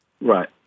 Right